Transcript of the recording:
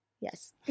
Yes